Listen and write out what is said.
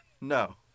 No